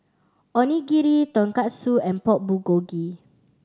Onigiri Tonkatsu and Pork Bulgogi